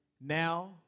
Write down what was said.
now